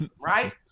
right